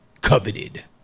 coveted